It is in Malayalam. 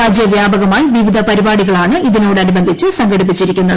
രാജ്യവ്യാപകമായി വിവിധ പരിപാടികളാണ് ഇതിനോടനുബന്ധിച്ച് സംഘടിപ്പിച്ചിരിക്കുന്നത്